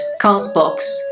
CastBox